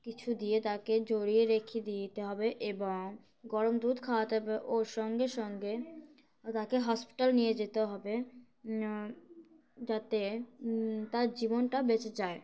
কিছু দিয়ে তাকে জড়িয়ে রেখে দিতে হবে এবং গরম দুধ খাওয়াতে হবে ওর সঙ্গে সঙ্গে তাকে হসপিটাল নিয়ে যেতে হবে যাতে তার জীবনটা বেঁচে যায়